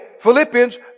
Philippians